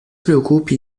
preocupe